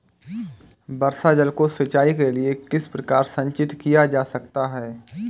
वर्षा जल को सिंचाई के लिए किस प्रकार संचित किया जा सकता है?